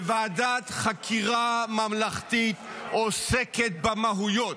וועדת חקירה ממלכתית עוסקת במהויות.